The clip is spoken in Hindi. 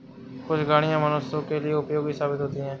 कुछ गाड़ियां मनुष्यों के लिए उपयोगी साबित होती हैं